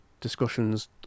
discussions